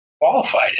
qualified